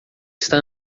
está